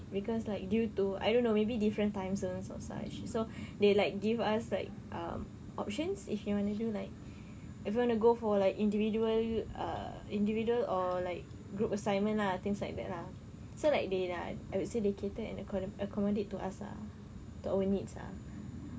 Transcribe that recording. cause like due to I don't know maybe different time zones or such so they like give us like um options if you want to do like if you want to go for like individual err individual or like group assignment ah things like that lah so like they like I would say they cater and acco~ accommodate to us ah to our needs ah